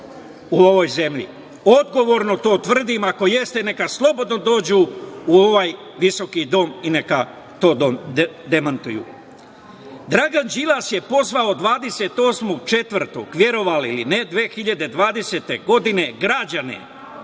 u ovoj zemlji. Odgovorno to tvrdim, ako jeste, neka slobodno dođu u ovaj visoki dom i neka to demantuju. Dragan Đilas je pozvao 28. aprila, verovali ili ne, 2020. godine građane